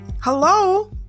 hello